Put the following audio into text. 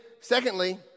secondly